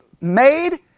made